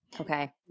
okay